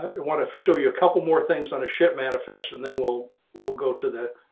want to show you a couple more things on a ship manifest and then we'll, we'll go to the